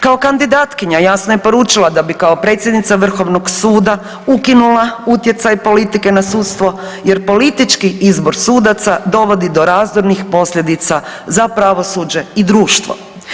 Kao kandidatkinja, jasno je poručila da bi kao predsjednica VSRH ukinula utjecaj politike na sudstvo jer politički izbor sudaca dovodi do razdornih posljedica za pravosuđe i društvo.